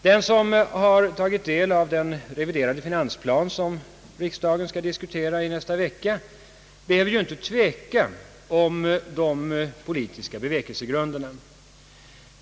Den som har tagit del av den reviderade finansplan som riksdagen skall diskutera i nästa vecka behöver ju inte tveka om de politiska bevekelsegrunderna.